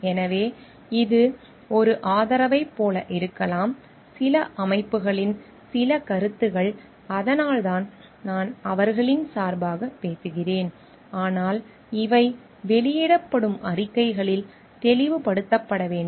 எனவே இது ஒரு ஆதரவைப் போல இருக்கலாம் சில அமைப்புகளின் சில கருத்துக்கள் அதனால்தான் நான் அவர்களின் சார்பாக பேசுகிறேன் ஆனால் இவை வெளியிடப்படும் அறிக்கைகளில் தெளிவுபடுத்தப்பட வேண்டும்